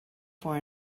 for